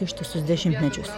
ištisus dešimtmečius